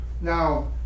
Now